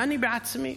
ואני בעצמי